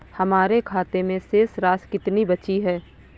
हमारे खाते में शेष राशि कितनी बची है?